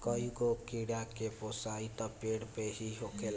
कईगो कीड़ा के पोसाई त पेड़ पे ही होखेला